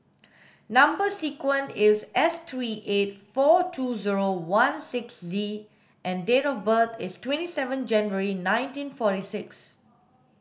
number sequence is S three eight four two zero one six Z and date of birth is twenty seven January nineteen forty six